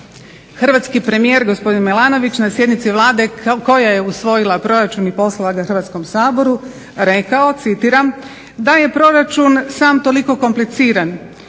hrvatski premijer gospodin Milanović na sjednici Vlade koja je usvojila proračun i poslala ga Hrvatskom saboru rekao: "Da je proračun sam toliko kompliciran